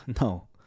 no